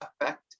affect